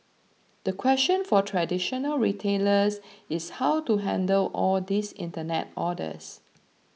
the question for traditional retailers is how to handle all these internet orders